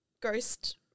ghost